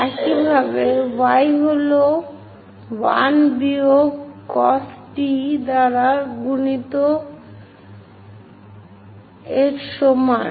একইভাবে y হল 1 বিয়োগ cos t দ্বারা গুণিত এর সমান